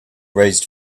raised